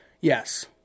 yes